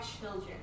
children